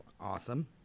awesome